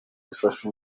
bifasha